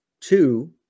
Two